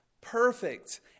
perfect